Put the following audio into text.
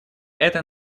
это